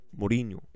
Mourinho